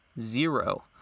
zero